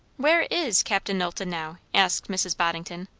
where is captain knowlton now? asked mrs. boddington.